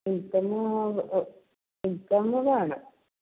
ഇൻകമോ ഓ ഇൻകംമ് വേണം